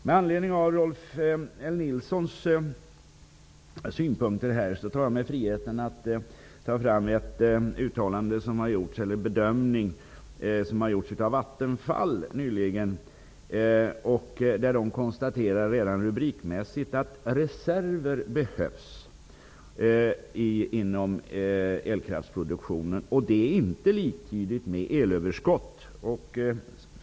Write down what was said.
Med anledning av Rolf L Nilsons synpunkter tar jag mig friheten att ta fram en bedömning som har gjorts av Vattenfall nyligen, där man konstaterar redan rubrikmässigt: ''Reserver behövs och är inte liktydigt med elöverskott''.